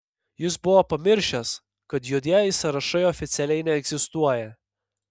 jis buvo pamiršęs kad juodieji sąrašai oficialiai neegzistuoja